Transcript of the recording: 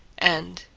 and,